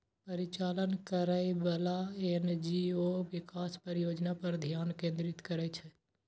परिचालन करैबला एन.जी.ओ विकास परियोजना पर ध्यान केंद्रित करै छै